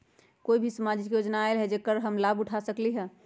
अभी कोई सामाजिक योजना आयल है जेकर लाभ हम उठा सकली ह?